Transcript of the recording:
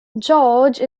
george